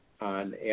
on